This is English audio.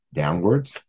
downwards